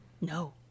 No